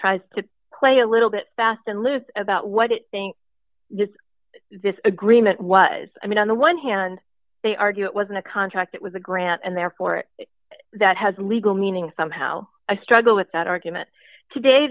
tries to play a little bit fast and loose about what it thinks this agreement was i mean on the one hand they argue it wasn't a contract it was a grant and therefore it that has legal meaning somehow i struggle with that argument today